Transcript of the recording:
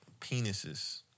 penises